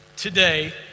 Today